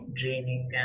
draining